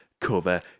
Cover